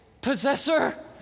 Possessor